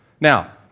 Now